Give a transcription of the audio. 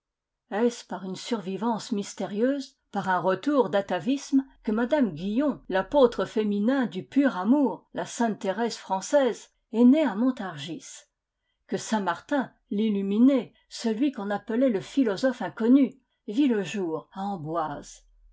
par une survivance mystérieuse par un retour d'atavisme que mme guyon l'apôtre féminin du pur amour la sainte thérèse française est née à montargis que saint-martin l'illuminé celui qu'on appelait le philosophe inconnu vit le jour à amboise